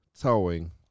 towing